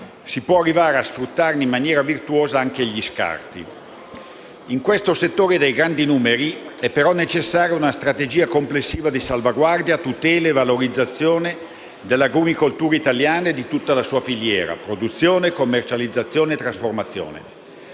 si può arrivare a sfruttarne in maniera virtuosa anche gli scarti. In questo settore dai grandi numeri è perciò necessaria una strategia complessiva di salvaguardia, tutela e valorizzazione dell'agrumicoltura italiana e di tutta la sua filiera: produzione, commercializzazione e trasformazione.